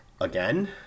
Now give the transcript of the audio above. Again